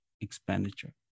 expenditure